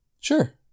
Sure